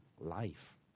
life